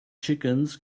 chickens